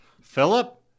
Philip